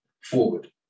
forward